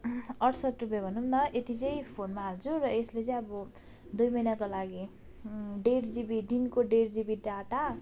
अठसट्ठ रुपियाँ भनौँ न यति चाहिँ फोनमा हाल्छु र यसले चाहिँ अब दुई महिनाको लागि डेढ जिबी दिनको डेढ जिबी डाटा